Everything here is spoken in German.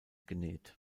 genäht